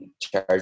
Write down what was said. charge